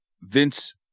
Vince